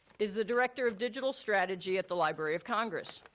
is the director of digital strategy at the library of congress.